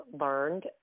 learned